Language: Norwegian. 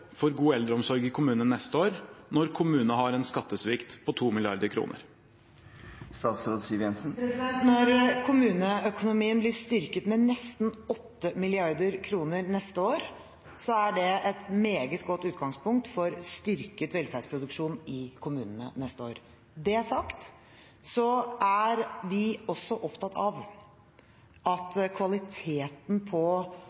for god eldreomsorg i kommunene neste år når kommunene har en skattesvikt på 2 mrd. kr? Når kommuneøkonomien blir styrket med nesten 8 mrd. kr neste år, er det et meget godt utgangspunkt for styrket velferdsproduksjon i kommunene neste år. Når det er sagt, er vi også opptatt av at kvaliteten på